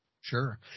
Sure